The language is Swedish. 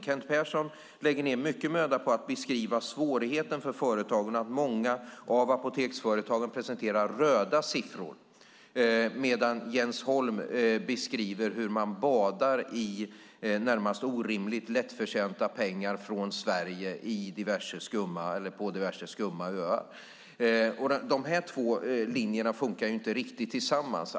Kent Persson lägger ned mycket möda på att beskriva svårigheten för företagen och att många av apoteksföretagen presenterar röda siffror, medan Jens Holm beskriver hur man badar i närmast orimligt lättförtjänta pengar från Sverige på diverse skumma öar. De här två linjerna funkar inte riktigt tillsammans.